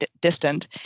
distant